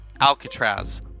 Alcatraz